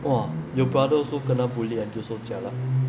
!wah! you brother also kena bully until so jialat